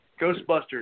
Ghostbusters